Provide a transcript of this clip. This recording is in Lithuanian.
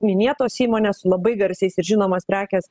minėtos įmonės su labai garsiais ir žinomas prekės